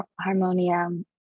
harmonium